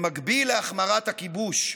במקביל להחמרת הכיבוש,